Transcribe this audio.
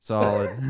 Solid